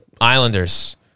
islanders